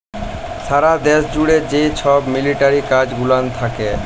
সারা দ্যাশ জ্যুড়ে যে ছব মিলিটারি কাজ গুলান থ্যাকে